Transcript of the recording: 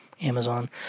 Amazon